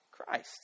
Christ